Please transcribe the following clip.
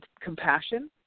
compassion